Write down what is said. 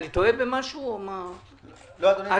כששמתי את זה על סדר-היום, זה גם